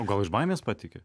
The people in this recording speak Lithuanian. o gal iš baimės patiki